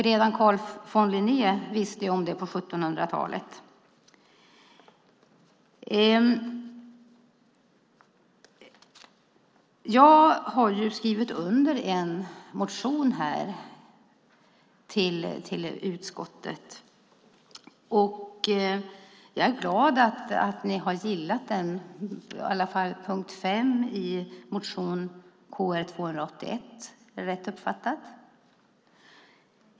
Redan Carl von Linné visste det på 1700-talet. Jag har skrivit under en motion till utskottet om friluftsliv. Jag är glad att utskottet har gillat den, i alla fall punkt 5 i motion Kr281, om det är rätt uppfattat.